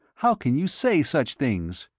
how can you say such things?